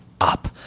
up